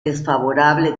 desfavorable